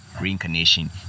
reincarnation